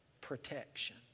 protection